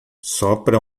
sopra